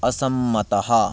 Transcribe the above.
असम्मतः